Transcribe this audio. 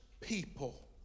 people